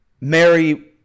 Mary